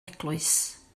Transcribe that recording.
eglwys